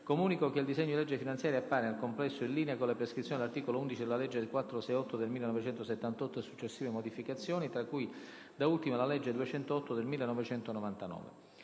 comunico che il disegno di legge finanziaria appare, nel complesso, in linea con le prescrizioni dell’articolo 11 della legge n. 468 del 1978 e successive modificazioni, tra cui da ultima la legge n. 208 del 1999.